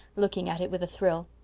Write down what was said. looking at it with a thrill.